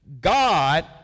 God